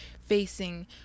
facing